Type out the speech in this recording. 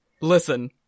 listen